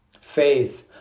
Faith